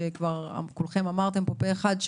שכולכם אמרתם פה אחד,